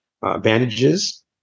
Bandages